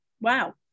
Wow